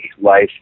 life